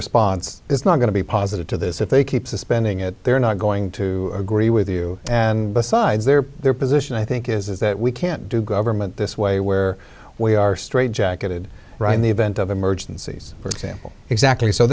response is not going to be positive to this if they keep suspending it they're not going to agree with you and besides their their position i think is that we can't do government this way where we are straight jacketed right in the event of emergencies for example exactly so